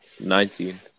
Nineteen